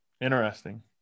Interesting